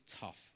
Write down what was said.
tough